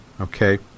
okay